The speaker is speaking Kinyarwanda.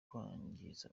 kwangiza